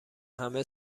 همه